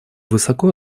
высоко